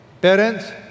parents